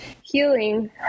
healing